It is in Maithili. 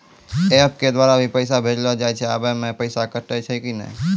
एप के द्वारा भी पैसा भेजलो जाय छै आबै मे पैसा कटैय छै कि नैय?